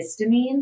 histamine